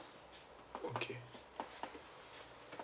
okay